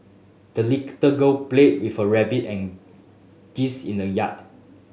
the the girl played with her rabbit and geese in the yard